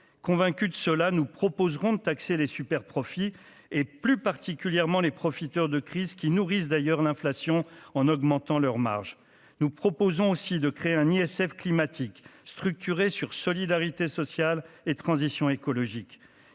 convaincus de cela nous proposeront de taxer les superprofits et plus particulièrement les profiteurs de crise qui nourrissent d'ailleurs l'inflation en augmentant leurs marges, nous proposons aussi de créer un ISF climatique structuré sur Solidarité sociale et transition écologique,